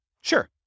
Sure